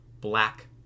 Black